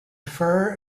fur